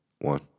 One